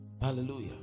Hallelujah